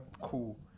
Cool